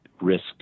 risk